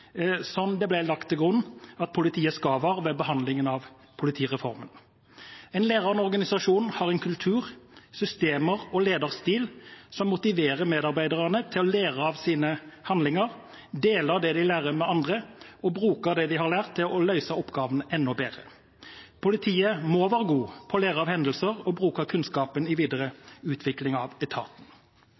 som det ble lagt til grunn at politiet skal være ved behandlingen av politireformen. En lærende organisasjon har en kultur, systemer og lederstil som motiverer medarbeiderne til å lære av sine handlinger, dele det de lærer, med andre og bruke det de har lært, til å løse oppgavene enda bedre. Politiet må være gode på å lære av hendelser og bruke kunnskapen i videre utvikling av etaten.